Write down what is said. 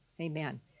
Amen